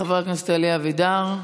חבר הכנסת אלי אבידר,